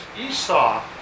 Esau